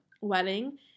wedding